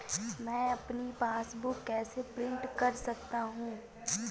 मैं अपनी पासबुक कैसे प्रिंट कर सकता हूँ?